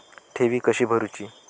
ठेवी कशी भरूची?